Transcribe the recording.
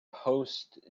post